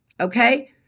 okay